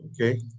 Okay